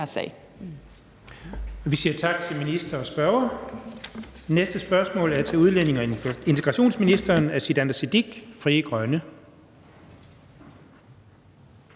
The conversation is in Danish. Vi siger tak til ministeren og spørgeren. Det næste spørgsmål er til udlændinge- og integrationsministeren af Sikandar Siddique, Frie Grønne.